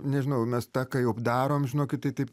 nežinau mes tą ką jau darom žinokit tai taip